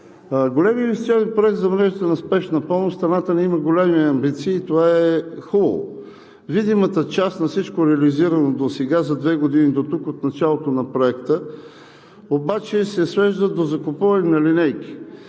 големият инвестиционен проект за въвеждането на спешна помощ в страната ни има големи амбиции и това е хубаво. Видимата част на всичко, реализирано досега за две години дотук от началото на Проекта обаче, се свежда до закупуване на линейки.